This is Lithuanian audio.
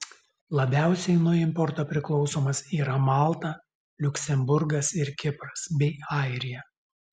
labiausiai nuo importo priklausomos yra malta liuksemburgas ir kipras bei airija